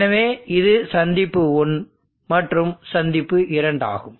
எனவே இது சந்திப்பு 1 மற்றும் சந்திப்பு 2 ஆகும்